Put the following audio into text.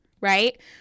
right